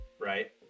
right